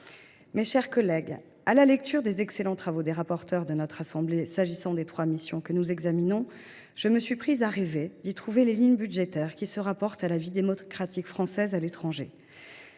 Mes chers collègues, à la lecture des excellents travaux des rapporteurs de notre assemblée sur les trois missions que nous examinons, je me suis prise à rêver d’y trouver les lignes budgétaires qui se rapportent à la vie démocratique française à l’étranger.